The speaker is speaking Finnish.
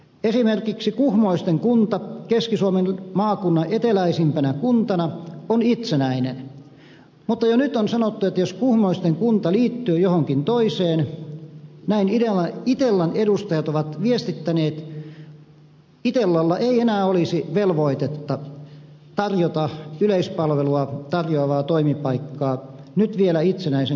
esimerkiksi kuhmoisten kunta keski suomen maakunnan eteläisimpänä kuntana on itsenäinen mutta jo nyt on sanottu että jos kuhmoisten kunta liittyy johonkin toiseen näin itellan edustajat ovat viestittäneet itellalla ei enää olisi velvoitetta tarjota yleispalvelua tarjoavaa toimipaikkaa nyt vielä itsenäisen kunnan alueella